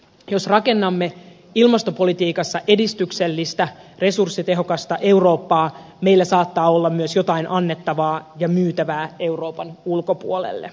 jos rakennamme ilmastopolitiikassa edistyksellistä resurssitehokasta eurooppaa meillä saattaa olla myös jotain annettavaa ja myytävää euroopan ulkopuolelle